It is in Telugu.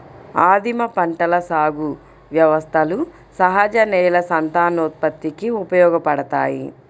ఆదిమ పంటల సాగు వ్యవస్థలు సహజ నేల సంతానోత్పత్తికి ఉపయోగపడతాయి